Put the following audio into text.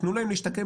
תנו להם להשתקם,